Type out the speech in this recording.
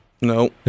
no